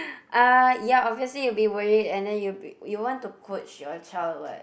uh ya obviously you'll be worried and then you'll be you want to coach your child [what]